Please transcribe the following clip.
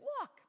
look